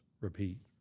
repeat